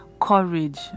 courage